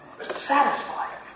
Satisfied